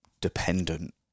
dependent